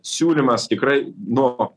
siūlymas tikrai nuo